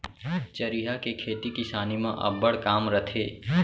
चरिहा के खेती किसानी म अब्बड़ काम रथे